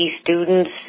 students